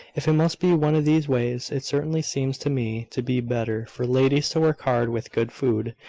if it must be one of these ways, it certainly seems to me to be better for ladies to work hard with good food,